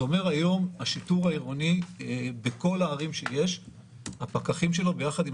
זה אומר שהיום הפקחים של השיטור העירוני בכל הערים שיש ביחד עם